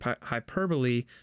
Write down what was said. hyperbole